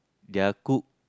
their cook